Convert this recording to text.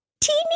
teeny